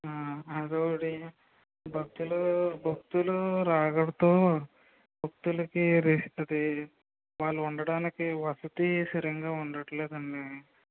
అదోటి భక్తులు భక్తులు రాకడతో భక్తులకి అది వాళ్ళు ఉండడానికి వసతి సరింగా ఉండటం లేదండి